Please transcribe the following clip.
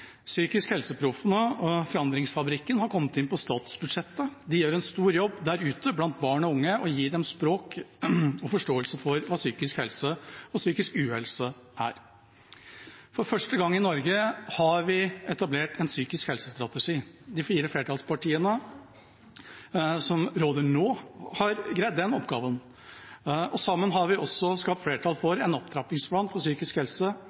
psykisk helse og psykisk uhelse er. For første gang i Norge har vi etablert en strategi innen psykisk helse. De fire flertallspartiene som råder nå, har greid den oppgaven. Sammen har vi også skapt flertall for en opptrappingsplan for psykisk helse